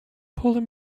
polar